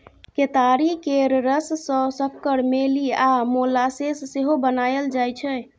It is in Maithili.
केतारी केर रस सँ सक्कर, मेली आ मोलासेस सेहो बनाएल जाइ छै